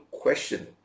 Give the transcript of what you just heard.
question